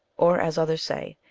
or, as others say,